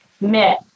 Myth